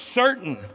certain